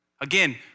Again